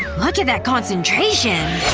look at that concentration.